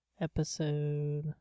episode